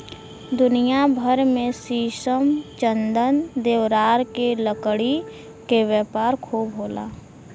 दुनिया भर में शीशम, चंदन, देवदार के लकड़ी के व्यापार खूब होला